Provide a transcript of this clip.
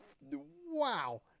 Wow